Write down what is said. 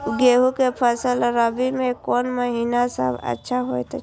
गेहूँ के फसल रबि मे कोन महिना सब अच्छा होयत अछि?